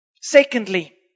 Secondly